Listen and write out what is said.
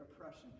oppression